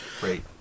great